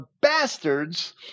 bastards